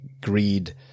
greed